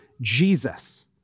Jesus